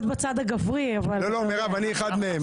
נכון ואני אחד מהם.